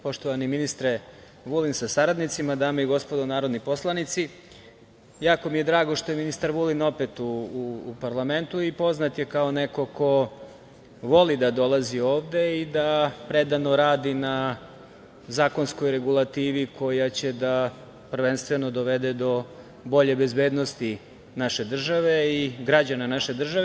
Poštovani ministre Vulin sa saradnicima, dame i gospodo narodni poslanici, jako mi je drago što je ministar Vulin opet u parlamentu i poznat je kao neko ko voli da dolazi ovde i da predano radi na zakonskoj regulativi koja će da, prvenstveno, dovede do bolje bezbednosti naše države i građana naše države.